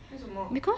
为什么